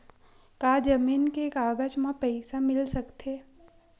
का जमीन के कागज म पईसा मिल सकत हे?